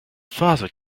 father